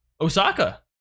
Osaka